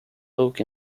oak